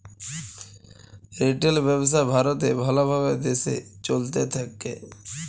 retail ব্যবসা ভারতে ভাল ভাবে দেশে চলতে থাক্যে